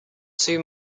two